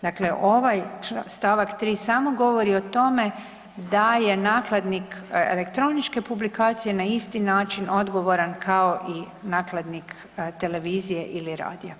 Dakle, ovaj stavak 3. samo govori o tome da je nakladnik elektroničke publikacije na isti način odgovoran kao i nakladnik televizije ili radija.